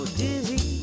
dizzy